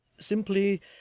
simply